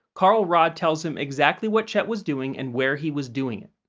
carl rod tells him exactly what chet was doing and where he was doing it.